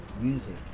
music